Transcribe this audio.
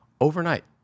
Overnight